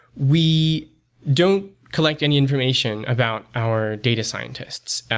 we don't collect any information about our data scientists.